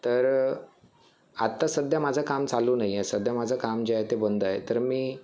तर आत्ता सध्या माझं काम चालू नाही आहे सध्या माझं काम जे आहे ते बंद आहे तर मी